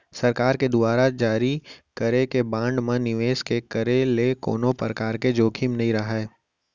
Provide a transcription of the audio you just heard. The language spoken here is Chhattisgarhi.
सरकार के दुवार जारी करे गे बांड म निवेस के करे ले कोनो परकार के जोखिम नइ राहय